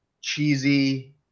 cheesy